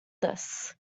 this